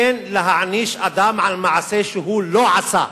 אין להעניש על מעשה שהוא לא עשה.